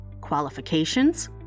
Qualifications